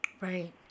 Right